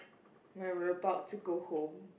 when we're about to go home